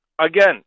again